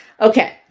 Okay